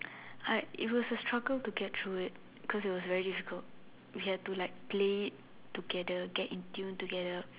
hard it was a struggle to get through it cause it was very difficult we had to like play together get in tune together